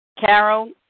Carol